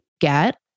get